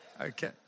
Okay